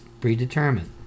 predetermined